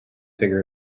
figure